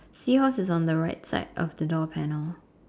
seahorse is on the right side of the door panel